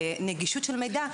ונגישות של מידע,